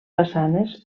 façanes